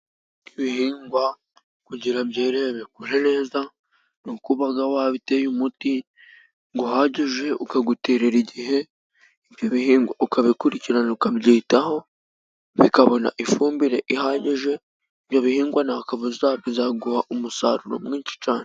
Ibihingwa kugira byere bikure neza n'uko uba wabiteye umuti uhagije, ukawuterera igihe, ibyo bihingwa ukabikurikirana ukabyitaho bikabona ifumbire ihagije, ibyo bihingwa nta kabuza bizaguha umusaruro mwinshi cyane.